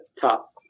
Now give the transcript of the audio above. top